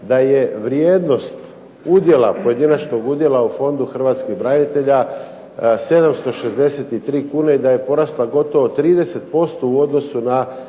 pojedinačnog udjela u Fondu Hrvatskih branitelja 763 kune i da je porasla gotovo 30% u odnosu na